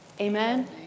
Amen